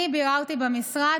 אני ביררתי במשרד,